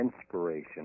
inspiration